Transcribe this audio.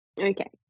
Okay